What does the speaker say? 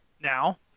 Now